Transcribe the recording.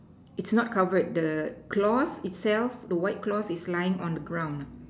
its not covered the cloth itself the white cloth is lying on the ground